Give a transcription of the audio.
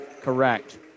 correct